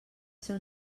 ser